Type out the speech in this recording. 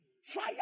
Fire